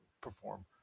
perform